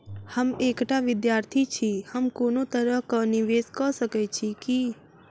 हम एकटा विधार्थी छी, हम कोनो तरह कऽ निवेश कऽ सकय छी की?